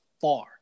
far